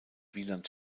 wieland